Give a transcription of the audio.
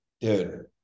dude